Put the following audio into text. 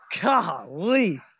Golly